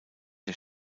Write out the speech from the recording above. der